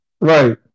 Right